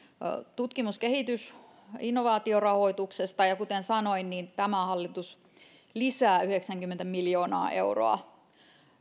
tutkimus kehitys ja innovaatiorahoituksesta ja ja kuten sanoin tämä hallitus lisää yhdeksänkymmentä miljoonaa euroa